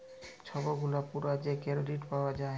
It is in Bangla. ছব গুলা পুরা যে কেরডিট পাউয়া যায়